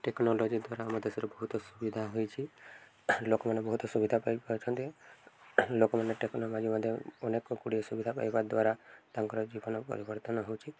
technology ଦ୍ୱାରା ଆମ ଦେଶରେ ବହୁତ ସୁବିଧା ହୋଇଛି ଲୋକମାନେ ବହୁତ ସୁବିଧା ପାଇପାରୁଛନ୍ତି ଲୋକମାନେ ଟେକ୍ନୋଲୋଜି ମଧ୍ୟ ଅନେକଗୁଡ଼ିଏ ସୁବିଧା ପାଇବା ଦ୍ୱାରା ତାଙ୍କର ଜୀବନ ପରିବର୍ତ୍ତନ ହେଉଛି